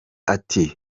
ati